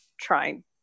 trying